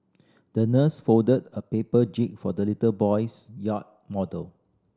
the nurse folded a paper jib for the little boy's yacht model